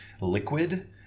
liquid